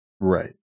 right